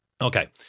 Okay